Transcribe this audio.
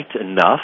enough